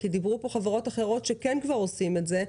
כי דיברו פה חברות אחרות שכן עושים את זה.